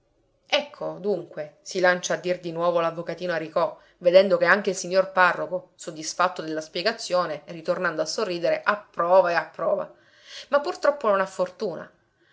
ecco dunque si lancia a dir di nuovo l'avvocatino aricò vedendo che anche il signor parroco soddisfatto della spiegazione ritornando a sorridere approva e approva ma purtroppo non ha fortuna